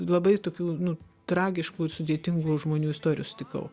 labai tokių nu tragiškų ir sudėtingų žmonių istorijų sutikau